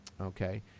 Okay